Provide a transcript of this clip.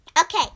Okay